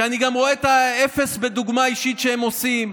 שאני גם רואה את האפס בדוגמה אישית שהם עושים.